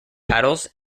paddles